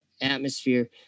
atmosphere